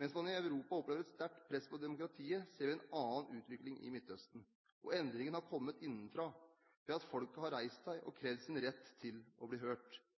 Mens man i Europa opplever et sterkt press på demokratiet, ser vi en annen utvikling i Midtøsten. Og endringen har kommet innenfra, ved at folket har reist seg og krevd sin rett til å bli hørt.